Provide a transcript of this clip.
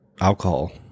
alcohol